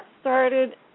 started